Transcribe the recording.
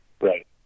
Right